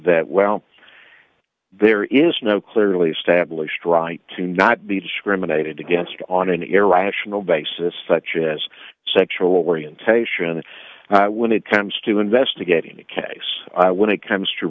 that well there is no clearly established right to not be discriminated against on an irrational basis such as sexual orientation when it comes to investigating a case when it comes to